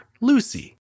Lucy